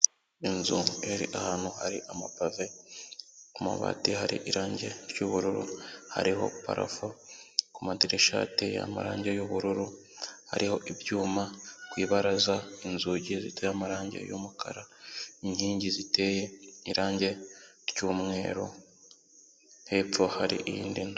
Inzu iri ahantu hari amapave, ku mabati hari irangi ry'ubururu, hariho parafo, ku maderishya hateyeho amarangi y'ubururu, hariho ibyuma ku ibaraza, inzugi ziteye amarangi y'umukara inkingi ziteye irangi ry'umweru hepfo hari iyindi nzu.